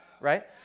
right